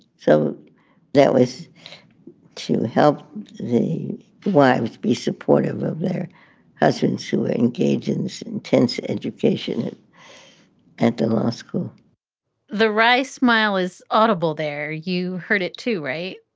so that was to help the wives be supportive of their husbands to engage in so intense education at the law school the wry smile is audible there. you heard it, too, right?